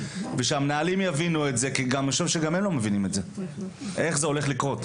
כי אני חושב שגם הם לא מבינים איך זה הולך לקרות.